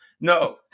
No